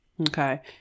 Okay